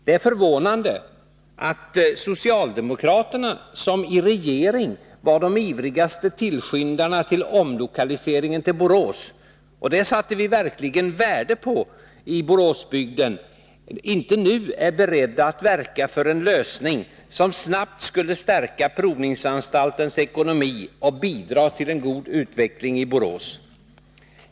Det är förvånande att socialdemokraterna, som i regeringsställning var de ivrigaste tillskyndarna till omlokaliseringen till Borås — och det satte vi verkligen värde på i Boråsbygden —, inte nu är beredda att verka för en lösning som snabbt skulle stärka provningsanstaltens ekonomi och bidra till en god utveckling i Borås.